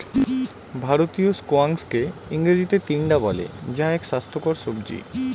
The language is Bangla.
ভারতীয় স্কোয়াশকে ইংরেজিতে টিন্ডা বলে যা এক স্বাস্থ্যকর সবজি